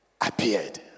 appeared